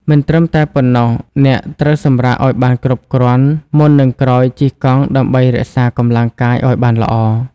មិនត្រឹមតែប៉ុណ្ណោះ អ្នកត្រូវសម្រាកឲ្យបានគ្រប់គ្រាន់ មុននឹងក្រោយជិះកង់ដើម្បីរក្សាកម្លាំងកាយឲ្យបានល្អ។